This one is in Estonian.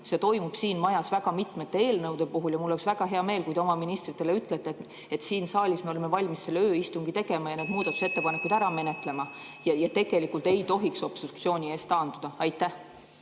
see toimub siin majas mitmete eelnõude puhul. Mul oleks väga hea meel, kui te oma ministritele ütleksite, et (Juhataja helistab kella.) siin saalis me oleme valmis selle ööistungi tegema ja need muudatusettepanekud ära menetlema ja tegelikult ei tohiks obstruktsiooni ees taanduda. Aitäh,